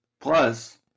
Plus